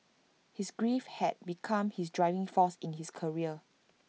his grief had become his driving force in his career